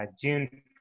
June